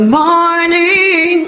morning